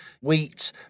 wheat